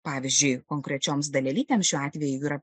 pavyzdžiui konkrečioms dalelytėms šiuo atveju yra